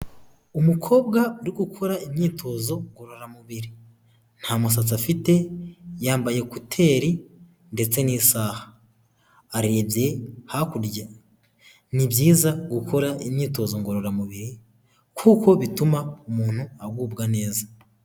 Umukobwa uri gukora imyitozo ngororamubiri, nta musatsi afite, yambaye ekuteri ndetse n'isaha, arebye hakurya. Ni byiza gukora imyitozo ngororamubiri kuko bituma umuntu agubwa neza.